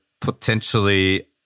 potentially